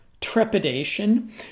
trepidation